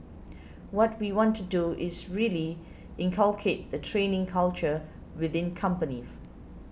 what we want to do is really inculcate the training culture within companies